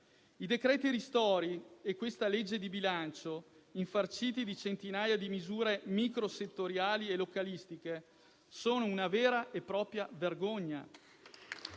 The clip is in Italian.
I decreti ristori e questa manovra di bilancio, infarciti di centinaia di misure microsettoriali e localistiche, sono una vera e propria vergogna.